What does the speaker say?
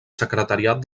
secretariat